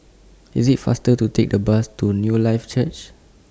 IS IT faster to Take A Bus to Newlife Church